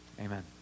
amen